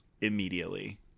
immediately